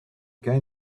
guy